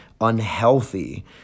unhealthy